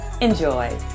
Enjoy